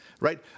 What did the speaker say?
right